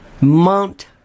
Mont